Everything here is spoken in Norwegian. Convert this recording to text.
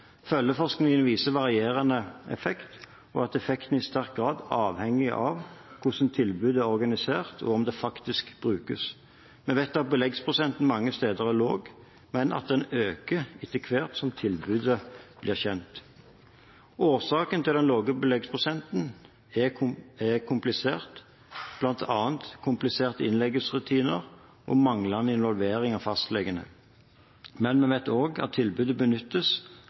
Følgeforskningen viser varierende effekt, og at effekten i sterk grad avhenger av hvordan tilbudet er organisert, og om det faktisk brukes. Vi vet at beleggsprosenten mange steder er lav, men at den øker etter hvert som tilbudet blir kjent. Årsaken til den lave beleggsprosenten er bl.a. kompliserte innleggelsesrutiner og manglende involvering av fastlegene. Men vi vet også at tilbudet benyttes